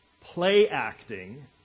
play-acting